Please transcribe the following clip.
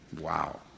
Wow